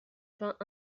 vingt